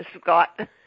Scott